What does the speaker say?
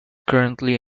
currently